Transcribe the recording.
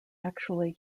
actually